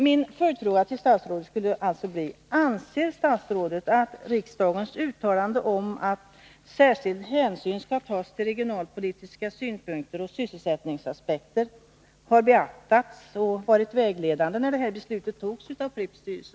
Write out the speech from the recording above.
Min följdfråga till statsrådet skulle alltså bli: Anser statsrådet att riksdagens uttalande om att särskild hänsyn skall tas till regionalpolitiska synpunkter och sysselsättningsaspekter har beaktats och varit vägledande när detta beslut togs i Pripps styrelse?